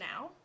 now